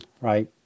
right